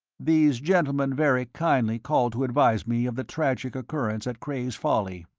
these gentlemen very kindly called to advise me of the tragic occurrence at cray's folly,